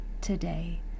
today